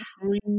Three